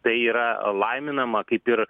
tai yra laiminama kaip ir